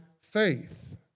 faith